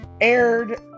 aired